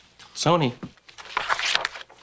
Sony